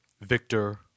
Victor